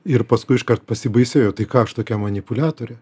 ir paskui iškart pasibaisėjo tai ką aš tokia manipuliatorė